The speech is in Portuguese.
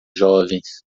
jovens